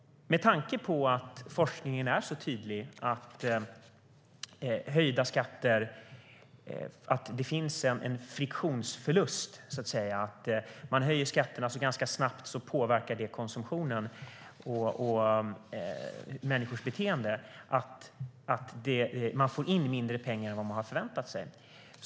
Forskningen är tydlig: Det finns så att säga en friktionsförlust i höjda skatter. Om man höjer skatterna påverkar det ganska snabbt konsumtion och människors beteende så att man får in mindre pengar än vad man har förväntat sig.